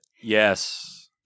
Yes